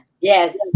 Yes